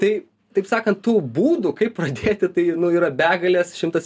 tai taip sakan tų būdų kaip pradėti tai nu yra begalės šimtas